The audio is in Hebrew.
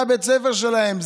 זה בית הספר שלהם,